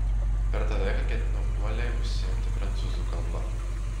per tą laiką ketinu uoliai užsiimti prancūzų kalba